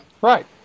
Right